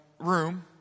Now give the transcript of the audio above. room